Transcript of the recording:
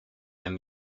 and